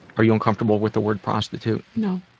are you uncomfortable with the word prostitute? no.